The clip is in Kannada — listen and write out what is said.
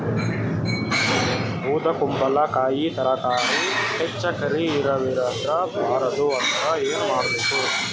ಬೊದಕುಂಬಲಕಾಯಿ ತರಕಾರಿ ಹೆಚ್ಚ ಕರಿ ಇರವಿಹತ ಬಾರದು ಅಂದರ ಏನ ಮಾಡಬೇಕು?